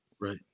Right